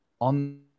on